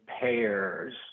payers